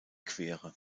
quere